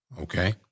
Okay